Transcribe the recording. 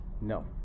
No